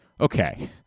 okay